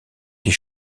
des